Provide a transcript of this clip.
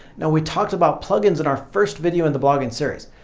we talked about plugins in our first video in the blogging series.